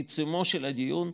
בעיצומו של הדיון,